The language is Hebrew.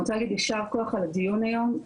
אני רוצה להגיד יישר כוח על הדיון היום.